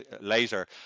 later